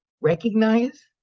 recognize